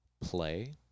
play